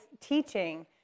teaching